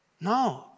No